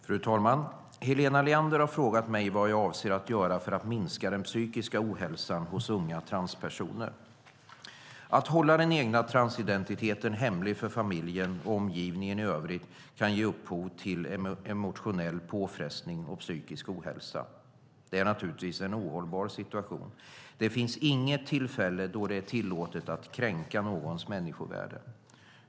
Fru talman! Helena Leander har frågat mig vad jag avser att göra för att minska den psykiska ohälsan hos unga transpersoner. Att hålla den egna transidentiteten hemlig för familjen och omgivningen i övrigt kan ge upphov till emotionell påfrestning och psykisk ohälsa. Det är naturligtvis en ohållbar situation. Det finns inget tillfälle då det är tillåtet att kränka någons människovärde.